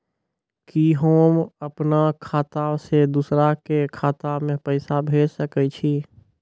कि होम अपन खाता सं दूसर के खाता मे पैसा भेज सकै छी?